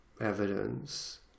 evidence